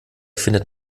findet